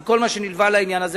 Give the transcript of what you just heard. עם כל מה שנלווה לעניין הזה.